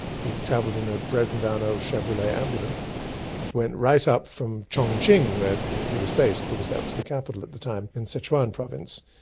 he travelled in a broken down old chevrolet ambulance. he went right up from chongquin, where he was based because that was the capital at the time, in sichuan province.